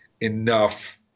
enough